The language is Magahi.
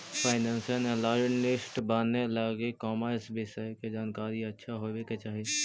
फाइनेंशियल एनालिस्ट बने लगी कॉमर्स विषय के जानकारी अच्छा होवे के चाही